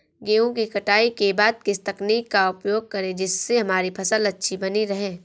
गेहूँ की कटाई के बाद किस तकनीक का उपयोग करें जिससे हमारी फसल अच्छी बनी रहे?